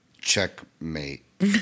Checkmate